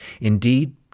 Indeed